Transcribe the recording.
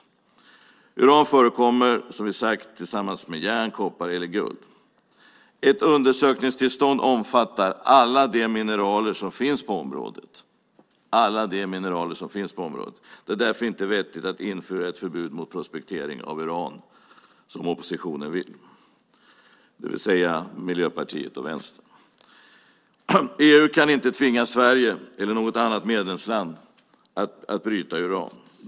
Uran förekommer, som sagt, tillsammans med järn, koppar eller guld. Ett undersökningstillstånd omfattar alla de mineraler som finns på området - alla de mineraler som finns på området. Det är därför inte vettigt att införa ett förbud mot prospektering av uran som oppositionen vill, det vill säga Miljöpartiet och Vänstern. EU kan inte tvinga Sverige eller något annat medlemsland att bryta uran.